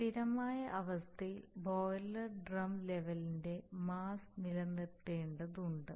സ്ഥിരമായ അവസ്ഥയിൽ boiler drum ലെവലിന്റെ മാസ് നിലനിർത്തേണ്ടതുണ്ട്